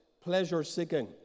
pleasure-seeking